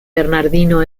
bernardino